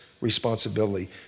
responsibility